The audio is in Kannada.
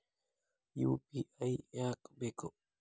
ಯು.ಪಿ.ಐ ಯಾಕ್ ಬೇಕು?